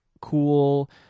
cool